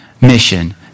mission